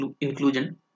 inclusion